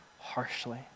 harshly